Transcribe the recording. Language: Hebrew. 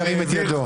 ירים את ידו.